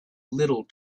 little